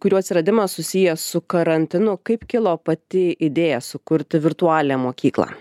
kurių atsiradimas susijęs su karantinu kaip kilo pati idėja sukurti virtualią mokyklą